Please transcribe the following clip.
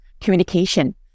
communication